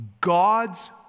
God's